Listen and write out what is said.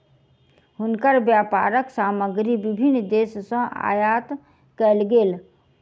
हुनकर व्यापारक सामग्री विभिन्न देस सॅ आयात कयल गेल